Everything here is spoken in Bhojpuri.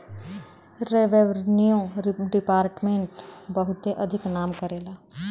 रेव्रेन्यू दिपार्ट्मेंट बहुते अधिक नाम करेला